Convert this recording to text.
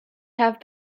have